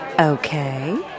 Okay